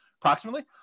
Approximately